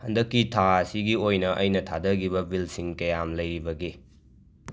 ꯍꯟꯗꯛꯀꯤ ꯊꯥ ꯑꯁꯤꯒꯤ ꯑꯣꯏꯅ ꯑꯩꯅ ꯊꯥꯗꯒꯤꯕ ꯕꯤꯜꯁꯤꯡ ꯀꯌꯥꯝ ꯂꯩꯔꯤꯕꯒꯦ